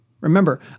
Remember